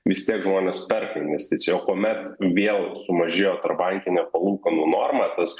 vis tiek žmonės perka investicijai o kuomet vėl sumažėjo tarpbankinė palūkanų norma tas